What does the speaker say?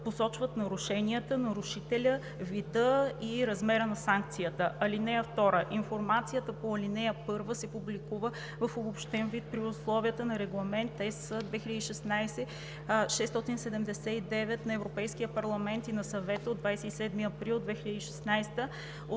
посочват нарушението, нарушителя, вида и размера на санкцията. (2) Информацията по ал. 1 се публикува в обобщен вид при условията на Регламент (ЕС) 2016/679 на Европейския парламент и на Съвета от 27 април 2016